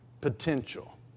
potential